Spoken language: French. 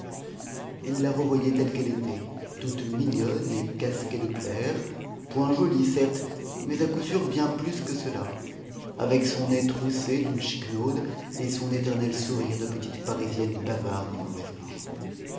il la revoyait telle qu'elle était toute mignonne et casquée de clair point jolie certes mais à coup sûr bien plus que cela avec son nez troussé d'une chiquenaude et son éternel sourire de petite parisienne bavarde et mauvaise langue